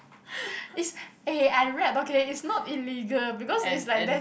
is eh I read okay is not illegal because it's like there's